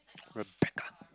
Rebecca